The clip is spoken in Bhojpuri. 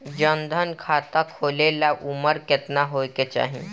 जन धन खाता खोले ला उमर केतना होए के चाही?